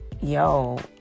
yo